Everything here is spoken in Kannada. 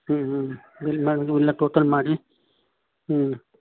ಹ್ಞೂ ಹ್ಞೂ ಬಿಲ್ ಮಾಡೋದು ಎಲ್ಲ ಟೋಟಲ್ ಮಾಡಿ ಹ್ಞೂ